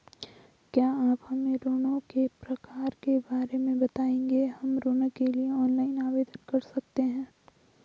क्या आप हमें ऋणों के प्रकार के बारे में बताएँगे हम ऋण के लिए ऑनलाइन आवेदन कर सकते हैं?